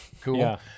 Cool